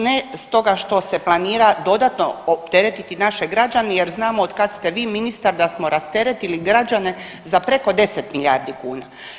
Ne stoga što se planira dodatno opteretiti naše građane jer znamo od kad ste vi ministar da smo rasteretili građane za preko 10 milijardi kuna.